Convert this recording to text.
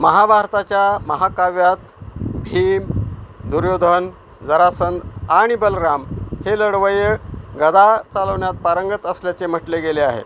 महाभारताच्या महाकाव्यात भीम दुर्योधन जरासंध आणि बलराम हे लढवय्ये गदा चालवण्यात पारंगत असल्याचे म्हटले गेले आहे